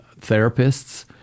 therapists